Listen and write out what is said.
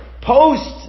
post